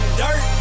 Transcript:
dirt